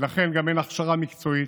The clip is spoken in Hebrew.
ולכן גם אין הכשרה מקצועית,